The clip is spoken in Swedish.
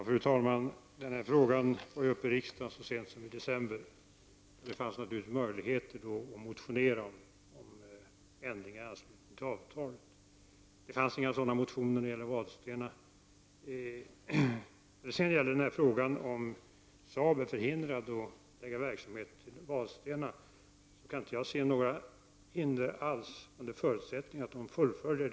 Fru talman! Jag vill bara göra den kommentaren att beslutet beträffande Plastbolaget fattades alldeles i slutet av november.